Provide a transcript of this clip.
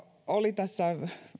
oli tässä